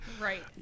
Right